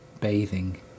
bathing